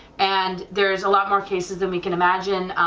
and there is a lot more cases than we can imagine,